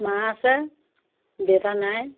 মা আছে দেউতা নাই